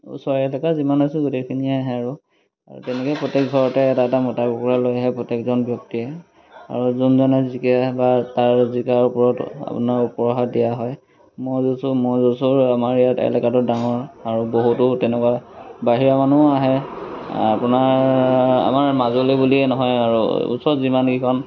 ওচৰৰ এলেকা যিমান আছে গোটেইখিনিয়ে আহে আৰু তেনেকৈ প্ৰত্যেক ঘৰতে এটা এটা মতা কুকুৰা লৈ আহে প্ৰত্যেকজন ব্যক্তিয়ে আৰু যোনজনে জিকে বা তাৰ জিকাৰ ওপৰত আপোনাৰ উপহাৰ দিয়া হয় ম'হ যুঁজো ম'হ যুঁজৰ আমাৰ ইয়াত এলেকাটো ডাঙৰ আৰু বহুতো তেনেকুৱা বাহিৰা মানুহ আহে আপোনাৰ আমাৰ মাজলৈ বুলিয়েই নহয় আৰু ওচৰত যিমানকেইখন